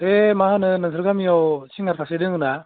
बे मा होनो नोंसोर गामियाव सिंगार सासे दोङो ना